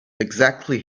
exactly